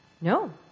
No